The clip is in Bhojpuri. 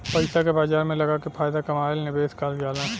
पइसा के बाजार में लगाके फायदा कमाएल निवेश कहल जाला